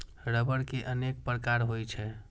रबड़ के अनेक प्रकार होइ छै